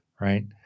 right